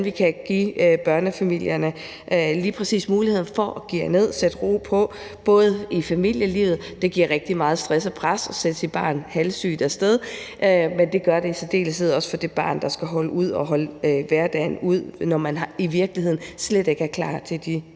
vi kan give børnefamilierne lige præcis muligheden for at geare ned og få ro på i familielivet. Det giver rigtig meget stress og pres for en forælder at sende sit barn halvsygt af sted, men det giver det i særdeleshed for det barn, der skal holde hverdagen ud, når det i virkeligheden slet ikke er klar til de